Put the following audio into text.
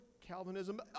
Calvinism